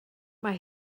mae